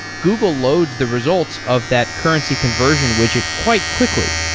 google loads the results of that currency conversion widget quite quickly.